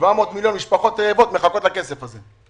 700 מיליון, משפחות רעבות מחכות לכסף הזה.